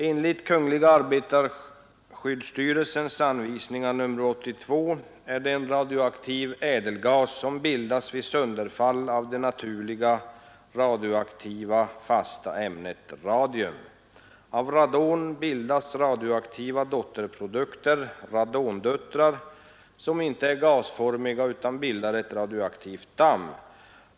Enligt kungl. arbetarskyddsstyrelsens anvisningar nr 82 är det en radioaktiv ädelgas som bildas vid sönderfall av det naturligt radioaktiva fasta ämnet radium. Av radon bildas radioaktiva dotterprodukter, s.k. radondöttrar, som inte är gasformiga utan bildar ett radioaktivt damm.